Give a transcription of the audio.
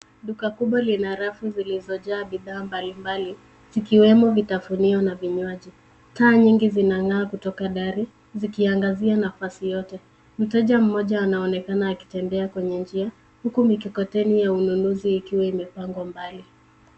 Duka kubwa lina rafu zilizojaa bidhaa mbalimbali, zikiwemo vitafunio na vinywaji. Taa nyingi zinang'aa kutoka dari, zikiangazia nafasi yote. Mteja mmoja anaonekana akitembea kwenye njia, huku mikokoteni ya ulelezi ikiwa imepangwa mbali.